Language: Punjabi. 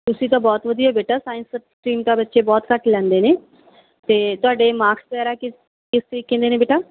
ਤੁਸੀਂ ਤਾਂ ਬਹੁਤ ਵਧੀਆ ਬੇਟਾ ਸਾਇੰਸ ਸਟਰੀਮ ਤਾਂ ਬੱਚੇ ਬਹੁਤ ਘੱਟ ਲੈਂਦੇ ਨੇ ਅਤੇ ਤੁਹਾਡੇ ਮਾਰਕਸ ਵਗੈਰਾ ਕਿਸ ਕਿਸ ਤਰੀਕੇ ਦੇ ਨੇ ਬੇਟਾ